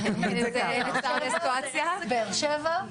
-- ברור --- באר-שבע?